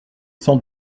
cent